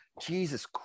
Jesus